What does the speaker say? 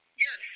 Yes